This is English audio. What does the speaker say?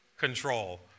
control